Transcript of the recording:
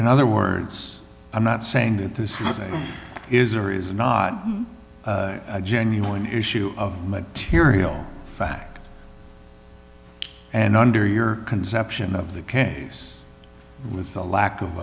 and other words i'm not saying that this was a is or is not a genuine issue of material fact and under your conception of the case with the lack of